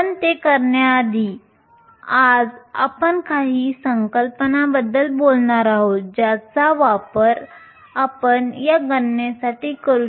पण ते करण्याआधी आज आपण काही संकल्पनांबद्दल बोलणार आहोत ज्याचा वापर आपण या गणनेसाठी करू